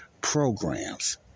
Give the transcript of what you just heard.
programs